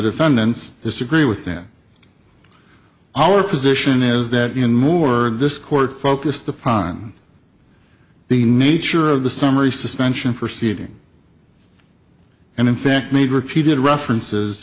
defendants disagree with that our position is that in more this court focused upon the nature of the summary suspension for seating and in fact made repeated references